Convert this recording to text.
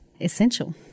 essential